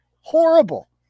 Horrible